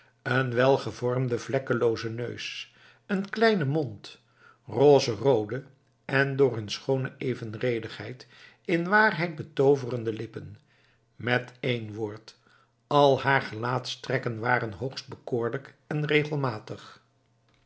een welgevormden vlekkeloozen neus een kleinen mond rozeroode en door hun schoone evenredigheid in waarheid betooverende lippen met één woord al haar gelaatstrekken waren hoogst bekoorlijk en regelmatig